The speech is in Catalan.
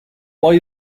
boi